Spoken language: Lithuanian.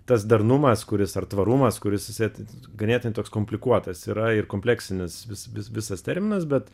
tas darnumas kuris ar tvarumas kuris jisai ganėtinai toks komplikuotas yra ir kompleksinis vis vis visas terminas bet